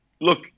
look